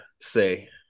say